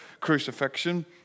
crucifixion